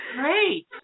great